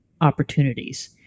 opportunities